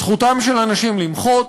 זכותם של אנשים למחות,